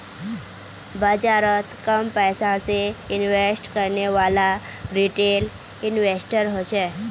बाजारोत कम पैसा से इन्वेस्ट करनेवाला रिटेल इन्वेस्टर होछे